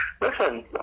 listen